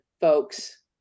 folks